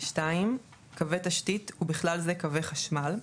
(2)קווי תשתית ובכלל זה קווי חשמל,